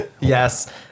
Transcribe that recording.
Yes